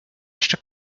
jeszcze